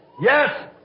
Yes